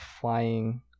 flying